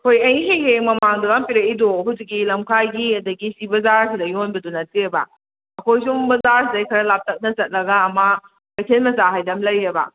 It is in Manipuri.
ꯍꯣꯏ ꯑꯩꯒꯤ ꯍꯦꯛ ꯍꯦꯛ ꯃꯃꯥꯡꯗꯨꯗ ꯄꯤꯔꯛꯏꯗꯨ ꯍꯧꯖꯤꯛꯀꯤ ꯂꯝꯈꯥꯏꯒꯤ ꯑꯗꯒꯤ ꯁꯤ ꯕꯖꯥꯔꯁꯤꯗ ꯌꯣꯟꯕꯗꯨ ꯅꯠꯇꯦꯕ ꯑꯩꯈꯣꯏ ꯁꯣꯝ ꯕꯖꯥꯔꯁꯤꯗꯩ ꯈꯔ ꯂꯥꯞꯇꯛꯅ ꯆꯠꯂꯒ ꯑꯃ ꯀꯩꯊꯦꯜ ꯃꯆꯥ ꯍꯥꯏꯗꯅ ꯑꯃ ꯂꯩꯌꯦꯕ